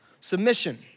Submission